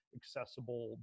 accessible